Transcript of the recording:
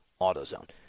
AutoZone